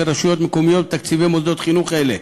רשויות מקומיות בתקציבי מוסדות חינוך אלה,